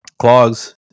Clogs